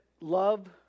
love